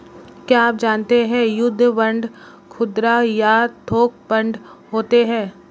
क्या आप जानते है युद्ध बांड खुदरा या थोक बांड होते है?